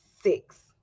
six